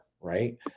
Right